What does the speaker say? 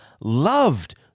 loved